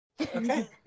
Okay